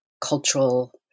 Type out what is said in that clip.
cultural